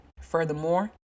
Furthermore